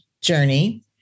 journey